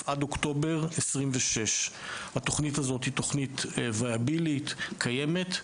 עד אוקטובר 2026. התכנית הזאת היא תכנית ויאבילית קיימת,